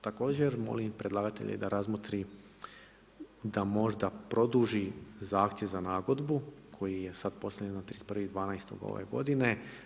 Također molim predlagatelja da razmotri da možda produži zahtjev za nagodbu koji je sada postavljeno 31.12. ove godine.